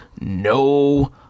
No